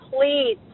please